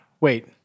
Wait